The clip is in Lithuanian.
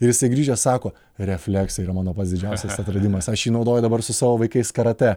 ir jisai grįžęs sako refleksija yra mano pats didžiausias atradimas aš jį naudoju dabar su savo vaikais karatė